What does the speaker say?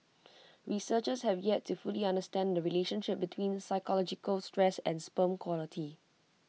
researchers have yet to fully understand the relationship between psychological stress and sperm quality